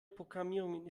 programmierung